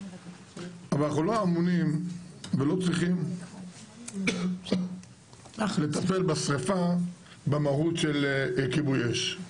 אבל אנחנו לא אמונים ולא צריכים לטפל בשריפה במהות של כיבוי אש.